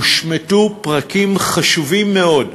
הושמטו פרקים חשובים מאוד,